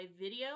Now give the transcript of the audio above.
video